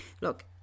Look